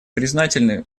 признательны